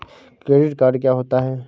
Credit card क्या होता है?